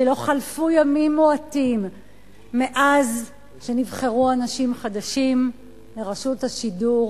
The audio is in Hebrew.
שלא חלפו ימים מועטים מאז שנבחרו אנשים חדשים לרשות השידור